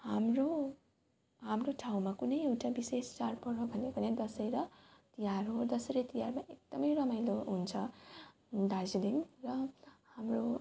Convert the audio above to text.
हाम्रो हाम्रो ठाउँमा कुनै एउटा विशेष चाड पर्व भनेको नै दसैँ र तिहार हो दसैँ र तिहारमा एकदम रमाइलो हुन्छ दार्जिलिङ र हाम्रो